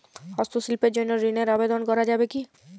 হস্তশিল্পের জন্য ঋনের আবেদন করা যাবে কি?